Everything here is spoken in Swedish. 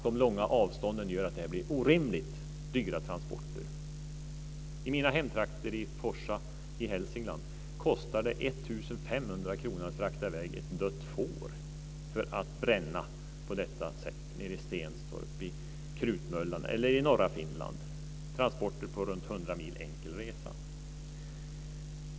De långa avstånden gör att det blir orimligt dyra transporter. I mina hemtrakter i Forsa i Hälsingland kostar det 1 500 kr att frakta i väg ett dött får för bränning till t.ex. Stenstorp, Krutmöllan eller norra Finland. Det kan vara fråga om transporter på omkring 100 mil enkel resa.